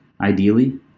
ideally